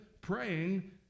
praying